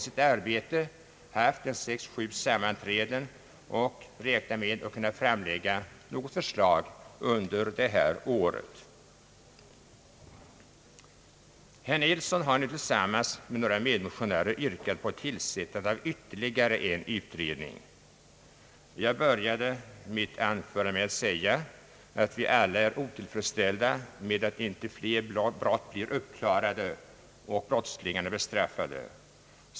Man har haft sex eller sju sammanträden och räknar med att kunna framlägga förslag under detta år. Herr Ferdinand Nilsson har nu tillsammans med några andra i en motion yrkat på tillsättande av ytterligare en utredning. Jag sade i början av mitt anförande att vi alla är otillfredsställda med att inte fler brott klaras upp och brottslingarna blir bestraffade.